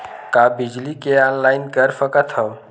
का बिजली के ऑनलाइन कर सकत हव?